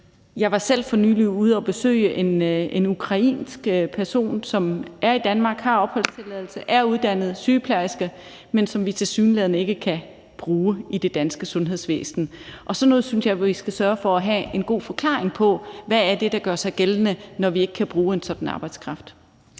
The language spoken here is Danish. Jeg var selv for nylig ude at besøge en ukrainsk person, som er i Danmark, har opholdstilladelse og er uddannet sygeplejerske, men som vi tilsyneladende ikke kan bruge i det danske sundhedsvæsen. Sådan noget synes jeg vi skal sørge for at have en god forklaring på. Hvad er det, der gør sig gældende, når vi ikke kan bruge en sådan arbejdskraft?